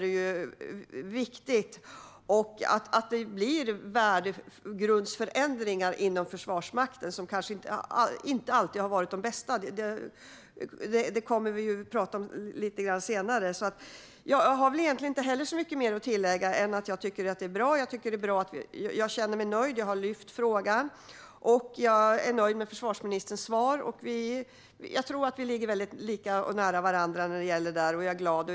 Det är viktigt att det sker värdegrundsförändringar inom Försvarsmakten, som kanske inte alltid har varit bland de bästa på det här området. Jag har inte så mycket mer att tillägga än att jag känner mig nöjd. Jag har lyft frågan, och jag är nöjd med försvarsministerns svar. Vi befinner oss nära varandra här.